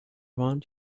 want